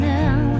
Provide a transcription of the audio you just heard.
now